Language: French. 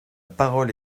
parole